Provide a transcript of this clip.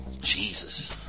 Jesus